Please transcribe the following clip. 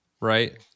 right